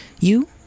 You